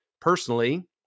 personally